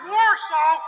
Warsaw